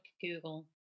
Google